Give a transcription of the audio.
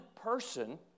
person